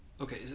Okay